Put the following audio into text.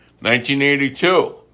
1982